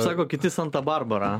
sako kiti santa barbara